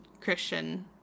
christian